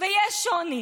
ויש שוני,